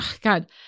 God